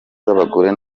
z’abagore